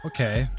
Okay